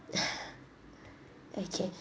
okay